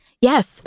Yes